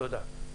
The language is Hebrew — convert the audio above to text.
תודה.